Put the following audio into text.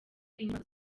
inyubako